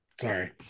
Sorry